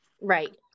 Right